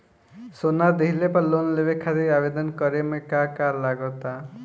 सोना दिहले पर लोन लेवे खातिर आवेदन करे म का का लगा तऽ?